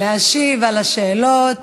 להשיב על השאלות.